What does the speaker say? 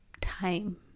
time